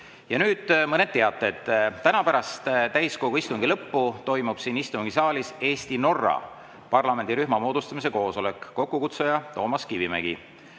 Nüüd mõned teated. Täna pärast täiskogu istungi lõppu toimub siin istungisaalis Eesti-Norra parlamendirühma moodustamise koosolek, kokkukutsuja on Toomas Kivimägi.